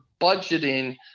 budgeting